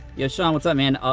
yeah, sean, what's up man.